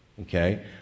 okay